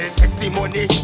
testimony